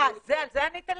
אה, על זה ענית לי?